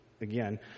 again